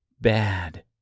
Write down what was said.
bad